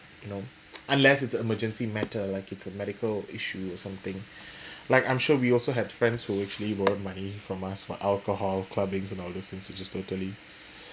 you know unless it's an emergency matter like it's a medical issue or something like I'm sure we also had friends who actually borrowed money from us for alcohol clubbing and all these which is totally